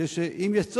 כדי שאם יש צורך,